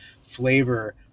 flavor